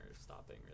stopping